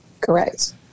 Correct